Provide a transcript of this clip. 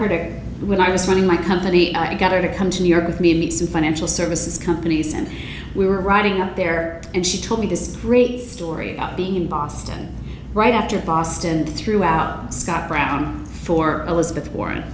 her to when i was running my company i got her to come to new york with me meet some financial services companies and we were riding up there and she told me this great story about being in boston right after boston and throughout scott brown for elizabeth warren